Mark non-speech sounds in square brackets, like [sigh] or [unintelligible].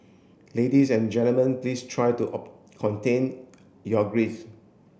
ladies and gentlemen please try to [unintelligible] contain your grief